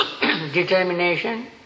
determination